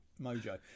mojo